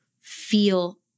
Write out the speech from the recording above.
feel